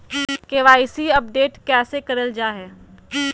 KYC update कैसे करल जाहै?